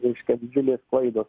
reiškia didžiulės klaidos